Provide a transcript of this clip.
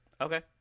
Okay